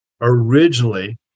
originally